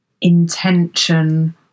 intention